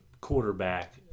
quarterback